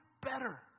better